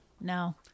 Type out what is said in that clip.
No